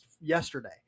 yesterday